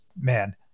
man